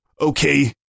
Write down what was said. okay